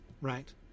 right